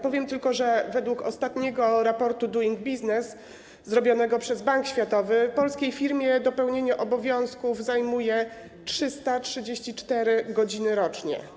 Powiem tylko, że według ostatniego raportu Doing Business zrobionego przez Bank Światowy polskiej firmie dopełnienie obowiązków zajmuje 334 godziny rocznie.